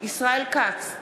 ישראל כץ,